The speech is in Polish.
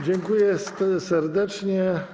Dziękuję serdecznie.